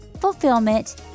fulfillment